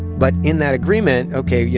but in that agreement ok. you